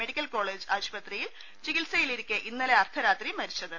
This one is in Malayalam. മെഡിക്കൽ കോളജ് ആശുപ ത്രിയിൽ ചികിത്സയിലിരിക്കെ ഇന്നലെ അർദ്ധരാത്രി മരിച്ചത്